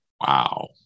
Wow